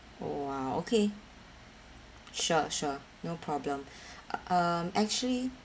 !wow! okay sure sure no problem um actually